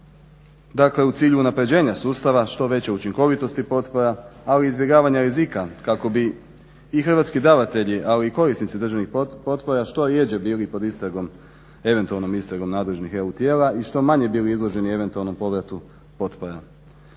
dakle u cilju unapređenja sustava što veće učinkovitosti potpora, ali i izbjegavanja rizika kako bi i hrvatski davatelji ali i korisnici državnih potpora što rjeđe bili pod istragom eventualnom istragom nadležnih EU tijela i što manje bili izloženi eventualnom povratu potpora.